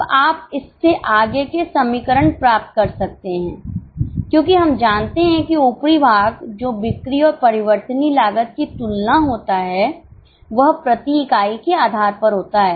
अब आप इससे आगे के समीकरण प्राप्त कर सकते हैं क्योंकि हम जानते हैं कि ऊपरी भाग जो बिक्री औरपरिवर्तनीय लागत की तुलना होता है वह प्रति इकाई के आधार पर होता है